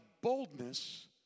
boldness